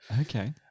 Okay